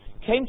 came